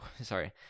sorry